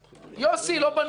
יוסי לא בנוי לזה.